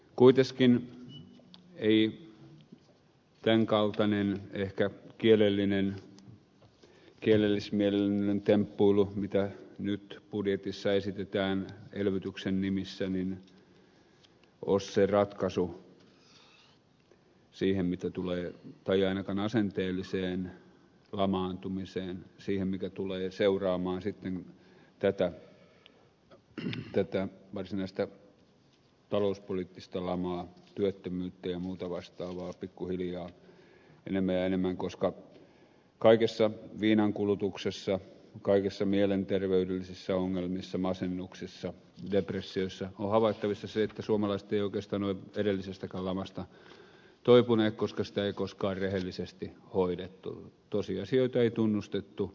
kuitenkaan ei tämän kaltainen ehkä kielellismielinen temppuilu mitä nyt budjetissa esitetään elvytyksen nimissä ole se ratkaisu siihen mitä tulee tai ainakaan asenteelliseen lamaantumiseen siihen mikä tulee seuraamaan sitten tätä varsinaista talouspoliittista lamaa työttömyyttä ja muuta vastaavaa pikkuhiljaa enemmän ja enemmän koska kaikessa viinankulutuksessa kaikissa mielenterveydellisissä ongelmissa masennuksissa depressioissa on havaittavissa se että suomalaiset eivät oikeastaan ole edellisestäkään lamasta toipuneet koska sitä ei koskaan rehellisesti hoidettu tosiasioita ei tunnustettu